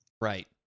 Right